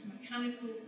mechanical